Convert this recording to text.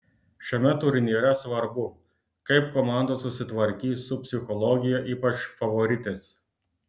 šiame turnyre svarbu kaip komandos susitvarkys su psichologija ypač favoritės